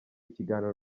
ikiganiro